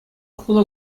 хула